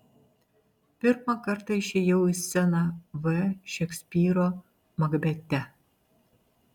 pirmą kartą išėjau į sceną v šekspyro makbete